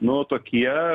nu tokie